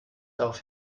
darauf